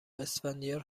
اسفندیار